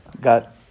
got